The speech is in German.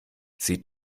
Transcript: sie